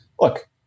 look